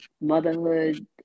motherhood